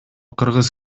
кыргыз